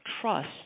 trust